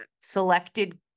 selected